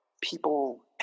people